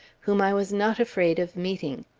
whom i was not afraid of meeting.